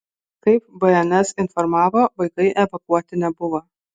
kaip bns informavo vaikai evakuoti nebuvo